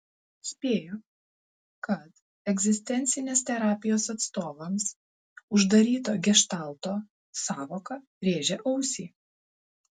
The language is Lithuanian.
spėju kad egzistencinės terapijos atstovams uždaryto geštalto sąvoka rėžia ausį